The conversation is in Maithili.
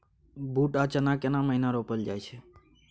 बूट आ चना केना महिना रोपल जाय छै?